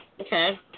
okay